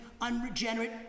unregenerate